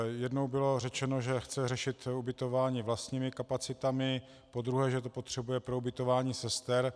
Jednou bylo řečeno, že chce řešit ubytování vlastními kapacitami, podruhé, že to potřebuje pro ubytování sester.